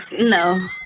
No